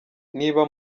niba